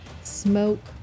Smoke